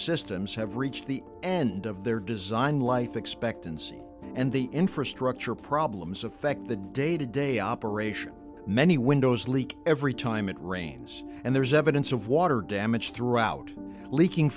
systems have reached the end of their design life expectancy and the infrastructure problems affect the day to day operation many windows leak every time it rains and there's evidence of water damage throughout leaking